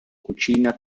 cucina